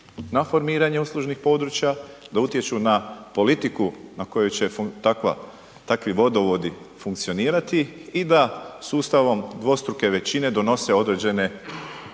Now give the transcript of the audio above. na formiranje uslužnih područja, da utječu na politiku na kojoj će takvi vodovodi funkcionirati i da sustavom dvostruke većine donose određene